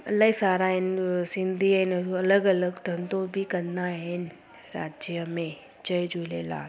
इलाही सारा आहिनि सिंधी आहिनि अलॻि अलॻि धंधो बि कंदा आहिनि राज्य में जय झूलेलाल